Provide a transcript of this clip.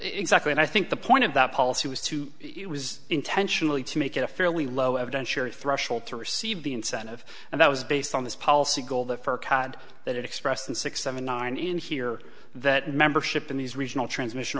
exactly and i think the point of that policy was to intentionally to make it a fairly low evidentiary threshold to receive the incentive and that was based on this policy goal that for cad that expressed in six seven nine in here that membership in these regional transmission